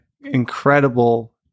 incredible